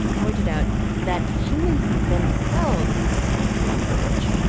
pointed out that humans themselves ah speak language,